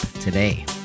today